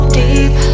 deep